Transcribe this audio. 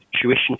tuition